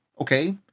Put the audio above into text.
okay